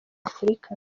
afurika